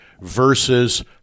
versus